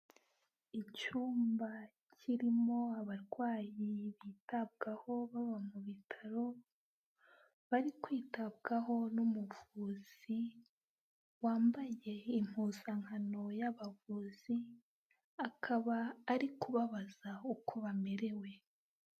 Icyumba kirimo abarwayi bitabwaho baba mu bitaro, bari kwitabwaho n'umuvuzi wambaye impuzankano y'abavuzi, akaba ari kubabaza uko bamerewe.